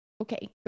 okay